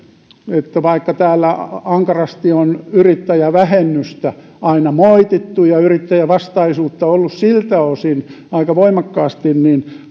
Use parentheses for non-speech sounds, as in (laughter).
että vaikka täällä ankarasti on yrittäjävähennystä aina moitittu ja yrittäjävastaisuutta ollut siltä osin aika voimakkaasti niin (unintelligible)